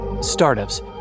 Startups